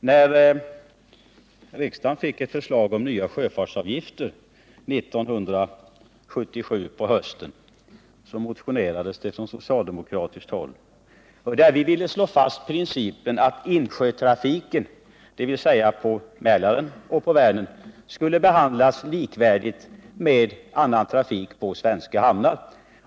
När riksdagen fick ett förslag om nya sjöfartsavgifter hösten 1977 motionerade vi från socialdemokratiskt håll i frågan och ville slå fast principen att insjötrafiken, dvs. trafiken på Mälaren och Vänern, skulle behandlas likvärdigt med annan trafik på svenska hamnar.